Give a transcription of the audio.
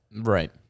Right